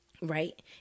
right